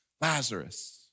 Lazarus